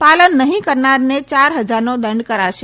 પાલન નહી કરનારાને ચાર હજારનો દંડ કરાશે